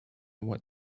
what